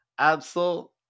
Absol